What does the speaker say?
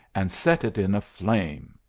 and set it in a flame.